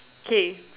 K